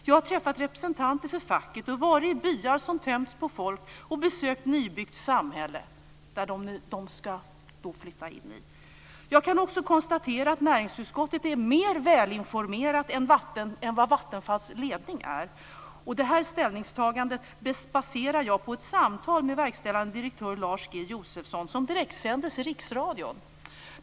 Jag har träffat representanter för facket och varit i byar som tömts på folk, och jag har besökt ett nybyggt samhälle dit Hornos invånare ska flytta. Jag kan också konstatera att näringsutskottet är mer välinformerat än vad Vattenfalls ledning är. Detta ställningstagande baserar jag på ett samtal med verkställande direktör Lars G Josefsson som direktsändes i Riksradion.